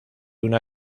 una